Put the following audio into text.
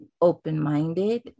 open-minded